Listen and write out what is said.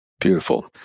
Beautiful